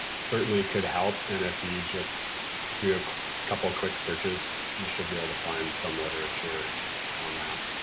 certainly could help. and if you just do a couple of quick searches, you should be able to find some literature on that.